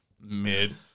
Mid